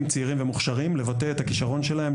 צעירים ומוכשרים לבטא את הכישרון שלהם,